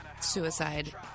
suicide